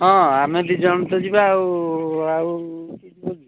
ହଁ ଆମେ ଦୁଇ ଜଣ ତ ଯିବା ଆଉ କିଏ ଯିବ କି